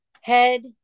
head